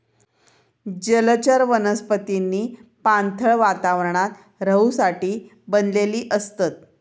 जलचर वनस्पतींनी पाणथळ वातावरणात रहूसाठी बनलेली असतत